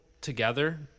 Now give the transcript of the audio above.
together